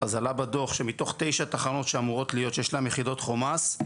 אז עלה בדוח שמתוך תשע תחנות שאמורות להיות שיש להן יחידות חומ"ס,